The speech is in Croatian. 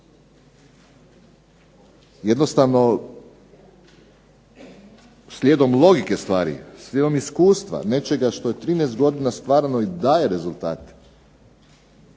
Jednostavno slijedom logike stvari, slijedom iskustva nečega što je 13 godina stvarano i daje rezultate